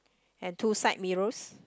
and two side mirrors